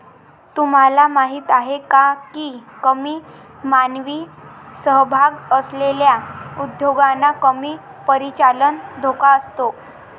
तुम्हाला माहीत आहे का की कमी मानवी सहभाग असलेल्या उद्योगांना कमी परिचालन धोका असतो?